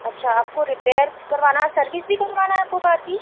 अच्छा आपको रिपेयर करवाना है और सर्विस भी करवाना है आपको कार की